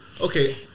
okay